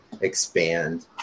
expand